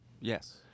Yes